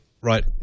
Right